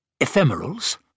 Ephemerals